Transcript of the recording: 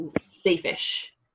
safe-ish